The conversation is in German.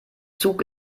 zug